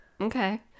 okay